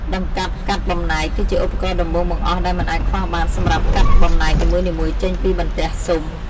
ដង្កាប់កាត់បំណែក គឺជាឧបករណ៍ដំបូងបង្អស់ដែលមិនអាចខ្វះបានសម្រាប់កាត់បំណែកនីមួយៗចេញពីបន្ទះស៊ុម។